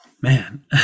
man